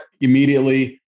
immediately